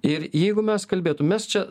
ir jeigu mes kalbėtume mes čia